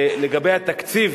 לגבי התקציב,